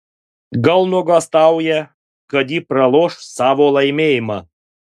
gal nuogąstauja kad ji praloš savo laimėjimą